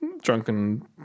drunken